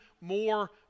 more